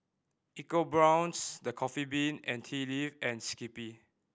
EcoBrown's The Coffee Bean and Tea Leaf and Skippy